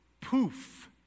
Poof